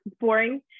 boring